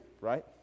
right